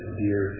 dear